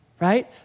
right